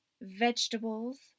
vegetables